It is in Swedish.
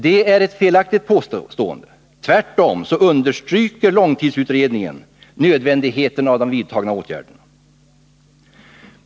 Det är ett felaktigt påstående; tvärtom understryker långtidsutredningen nödvändigheten av de vidtagna åtgärderna.